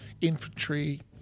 infantry